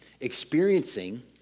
experiencing